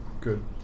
Good